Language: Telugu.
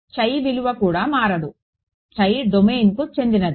చై విలువ కూడా మారదు చై డొమైన్కు చెందినది